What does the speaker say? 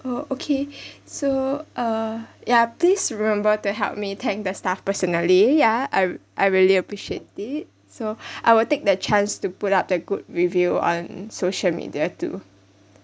oh okay so uh ya please remember to help me thank the staff personally ya I I really appreciate it so I will take the chance to put up the good review on social media too